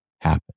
happen